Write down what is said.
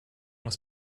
des